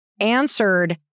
answered